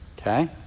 Okay